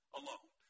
alone